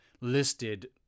listed